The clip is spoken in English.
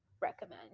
recommend